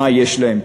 מה יש להם?